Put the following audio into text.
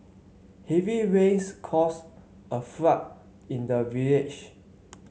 heavy rains caused a flood in the village